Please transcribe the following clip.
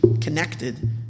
connected